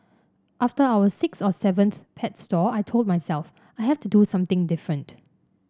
after our sixth or seventh pet store I told myself I have to do something different